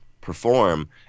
perform